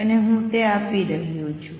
અને હું તે આપી રહ્યો છું